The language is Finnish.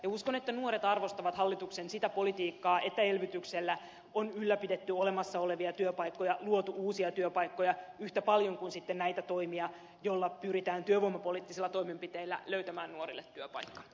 uskon että nuoret arvostavat hallituksen sitä politiikkaa että elvytyksellä on ylläpidetty olemassa olevia työpaikkoja luotu uusia työpaikkoja yhtä paljon kuin sitten näitä toimia joilla pyritään työvoimapoliittisilla toimenpiteillä löytämään nuorille työpaikka